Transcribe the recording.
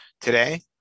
today